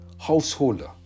householder